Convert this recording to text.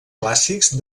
clàssics